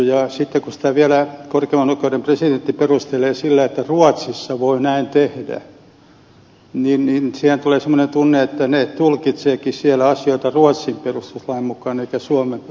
ja sitten kun sitä vielä korkeimman oikeuden presidentti perustelee sillä että ruotsissa voi näin tehdä niin siinä tulee semmoinen tunne että he tulkitsevatkin siellä asioita ruotsin perustuslain mukaan eivätkä suomen perustuslain mukaan